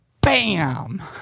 Bam